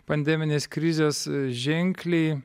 pandeminės krizės ženkliai